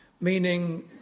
meaning